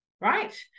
right